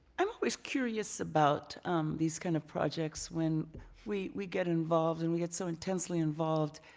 i'm always curious about these kind of projects, when we we get involved and we get so intensely involved,